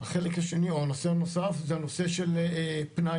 החלק השני או הנושא הנוסף הוא הנושא של פנאי,